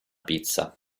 pizza